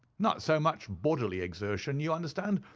not so much bodily exertion, you understand,